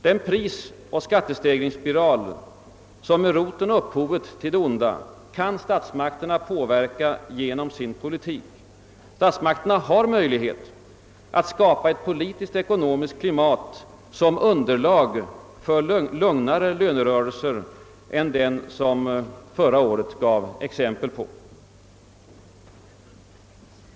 Den prisoch skattestegringsspiral, som är roten och upphovet till det onda, kan statsmakterna påverka genom sin politik. Statsmakterna har möjlighet att skapa ett politisk-ekonomiskt klimat som underlag för lugnare lönerörelser, än förra året gav exempel på.